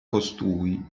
costui